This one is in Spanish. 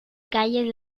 calles